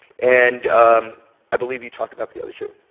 and um i believe you talked about the other two.